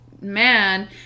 man